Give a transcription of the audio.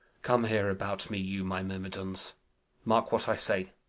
come here about me, you my myrmidons mark what i say.